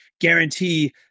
guarantee